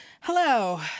Hello